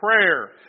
prayer